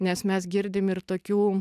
nes mes girdim ir tokių